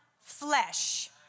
flesh